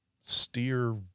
steer